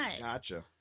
Gotcha